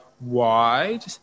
wide